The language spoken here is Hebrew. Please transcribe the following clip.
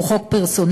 הוא חוק פרסונלי,